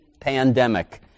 pandemic